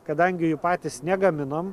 kadangi jų patys negaminom